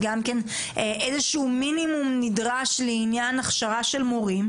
שמחייבת איזה שהוא מינימום נדרש לעניין הכשרה של מורים?